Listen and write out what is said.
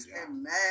Amen